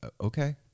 Okay